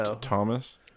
Thomas